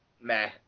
meh